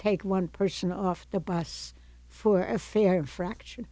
take one person off the bus for a fair fraction